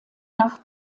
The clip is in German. nach